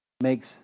makes